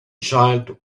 child